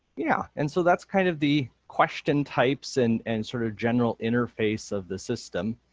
yeah and so that's kind of the question types and and sort of general interface of the system,